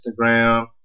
Instagram